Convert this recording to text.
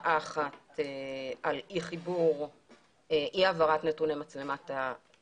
הדרישה שלנו לקבל חיבור של מכשירי הניטור למשרד היא לא רק מאסדת לוויתן.